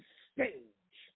stage